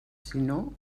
sinó